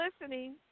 listening